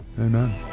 Amen